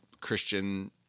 Christian